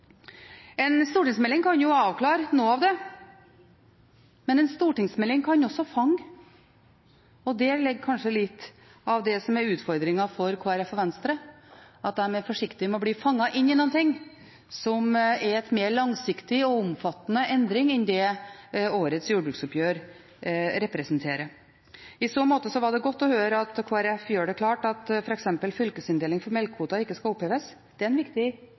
En stortingsmelding kan jo avklare noe av det, men en stortingsmelding kan også fange. Der ligger kanskje litt av det som er utfordringen for Kristelig Folkeparti og Venstre, at de er forsiktige med å bli fanget inn i noe som er en mer langsiktig og omfattende endring enn det årets jordbruksoppgjør representerer. I så måte var det godt å høre at Kristelig Folkeparti gjør det klart at f.eks. fylkesinndeling for melkekvoter ikke skal oppheves. Det er en viktig